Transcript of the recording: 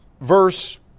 verse